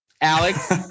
Alex